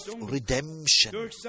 redemption